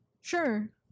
Sure